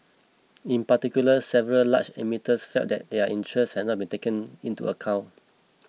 in particular several large emitters felt that their interests had not been taken into account